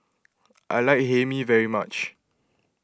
I like Hae Mee very much